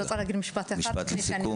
חברת הכנסת מלקו, משפט סיכום.